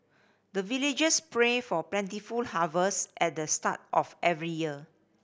the villagers pray for plentiful harvest at the start of every year